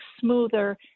smoother